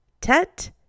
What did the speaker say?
Tet